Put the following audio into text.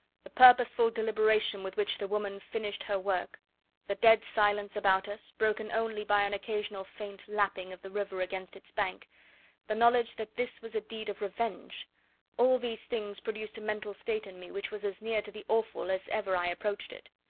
the purposeful deliberation with which the woman finished her work the dead silence about us, broken only by an occasional faint lapping of the river against its bank the knowledge that this was a deed of revenge all these things produced a mental state in me which was as near to the awful as ever i approached it.